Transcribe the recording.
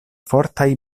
fortaj